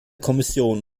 kommission